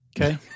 Okay